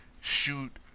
shoot